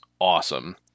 awesome